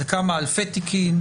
זה כמה אלפי תיקים,